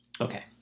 Okay